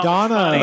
Donna